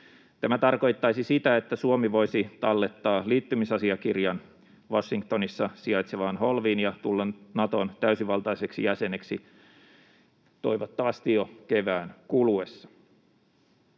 Tämä tarkoittaisi sitä, että Suomi voisi tallettaa liittymisasiakirjan Washingtonissa sijaitsevaan holviin ja tulla Naton täysivaltaiseksi jäseneksi toivottavasti jo kevään kuluessa.